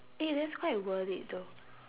eh that's quite worth it though